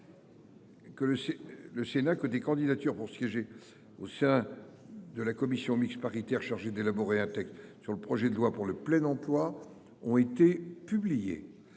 le Sénat que des candidatures pour siéger au sein de la commission mixte paritaire chargée d’élaborer un texte sur le projet de loi pour le plein emploi ont été publiées.